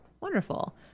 wonderful